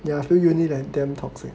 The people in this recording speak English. ya I feel that uni damn toxic